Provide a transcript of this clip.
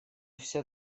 все